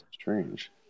strange